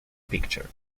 pictured